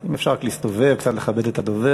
אם אפשר רק להסתובב, קצת לכבד את הדובר.